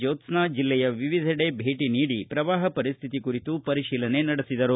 ಜೋತ್ಸಾ್ನ ಜಿಲ್ಲೆಯ ವಿವಿಧೆಡೆ ಭೇಟಿ ನೀಡಿ ಪ್ರವಾಹ ಪರಿಸ್ಥಿತಿ ಕುರಿತು ಪರಿಶೀಲನೆ ನಡೆಸಿದರು